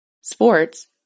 sports